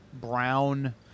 brown